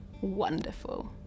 wonderful